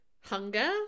hunger